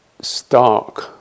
stark